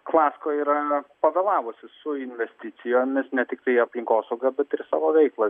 klasko yra pavėlavusi su investicijomis ne tiktai į aplinkosaugą bet ir į savo veiklą